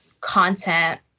content